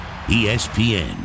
ESPN